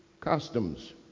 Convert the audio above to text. customs